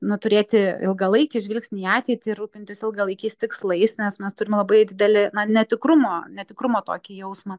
nu turėti ilgalaikį žvilgsnį į ateitį rūpintis ilgalaikiais tikslais nes mes turime labai didelį netikrumo netikrumo tokį jausmą